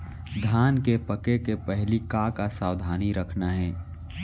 धान के पके के पहिली का का सावधानी रखना हे?